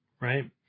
right